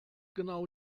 genau